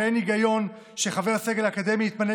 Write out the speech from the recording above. ואין היגיון בכך שחבר סגל אקדמי יתמנה